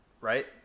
right